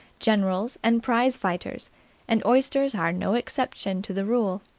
generals and prize-fighters and oysters are no exception to the rule.